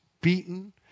beaten